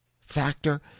factor